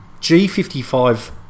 g55